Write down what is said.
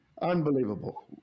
Unbelievable